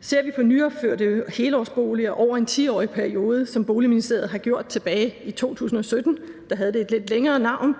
Ser vi på nyopførte helårsboliger over en 10-årig periode, hvilket Boligministeriet gjorde tilbage i 2017 – der havde det et lidt længere navn,